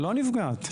לא נפגעת.